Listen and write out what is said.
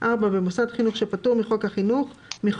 במוסד חינוך שפטור מחוק הפיקוח